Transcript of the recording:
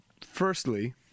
firstly